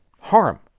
harm